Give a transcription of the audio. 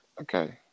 Okay